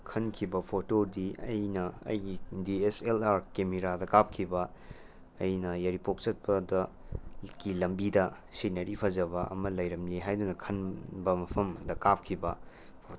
ꯈꯟꯈꯤꯕ ꯐꯣꯇꯣꯗꯤ ꯑꯩꯅ ꯑꯩꯒꯤ ꯗꯤ ꯑꯦꯁ ꯑꯦꯜ ꯑꯥꯔ ꯀꯦꯃꯦꯔꯥꯗ ꯀꯥꯞꯈꯤꯕ ꯑꯩꯅ ꯌꯥꯏꯔꯤꯄꯣꯛ ꯆꯠꯄꯗ ꯒꯤ ꯂꯝꯕꯤꯗ ꯁꯤꯅꯔꯤ ꯐꯖꯕ ꯑꯃ ꯂꯩꯔꯝꯂꯦ ꯍꯥꯏꯗꯨꯅ ꯈꯟꯕ ꯃꯐꯝꯗ ꯀꯥꯞꯈꯤꯕ